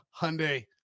Hyundai